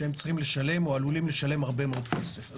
שהם צריכים לשלם או עלולים לשלם הרבה מאוד כסף.